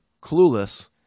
clueless